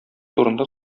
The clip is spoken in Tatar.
турында